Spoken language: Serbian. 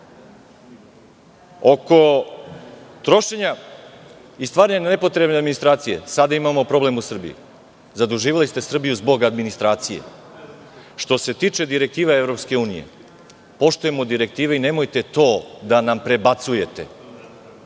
trošenja i stvaranja nepotrebne administracije sada imamo problem u Srbiji. Zaduživali ste Srbiju zbog administracije. Što se tiče direktiva EU, poštujemo direktive i nemojte do da nam prebacujete.